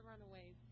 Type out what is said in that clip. runaways